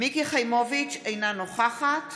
מיקי חיימוביץ' אינה נוכחת